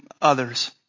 others